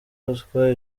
ruswa